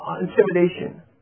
intimidation